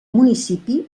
municipi